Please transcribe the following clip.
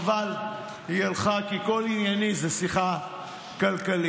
חבל, היא הלכה, כל ענייני זה שיחה כלכלית.